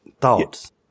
Thoughts